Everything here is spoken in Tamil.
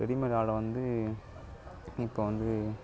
ரெடிமேடால் வந்து இப்போ வந்து